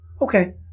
Okay